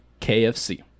KFC